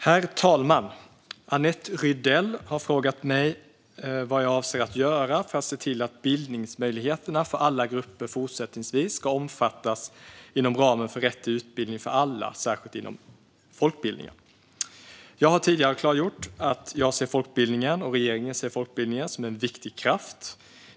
Herr talman! Annette Rydell har frågat mig vad jag avser att göra för att se till att bildningsmöjligheterna för alla grupper fortsättningsvis ska omfattas inom ramen för rätt till utbildning för alla, särskilt inom folkbildningen. Jag har tidigare klargjort att jag och regeringen ser folkbildningen som en viktig kraft.